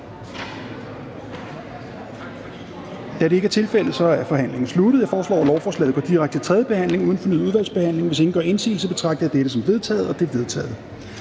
Da det ikke er tilfældet, er forhandlingen sluttet. Jeg foreslår, at lovforslaget går direkte til tredje behandling uden fornyet udvalgsbehandling. Hvis ingen gør indsigelse, betragter jeg dette som vedtaget. Det er vedtaget.